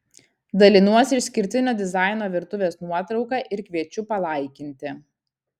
dalinuosi išskirtinio dizaino virtuvės nuotrauka ir kviečiu palaikinti